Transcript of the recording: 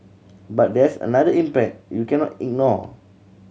but there's another impact you cannot ignore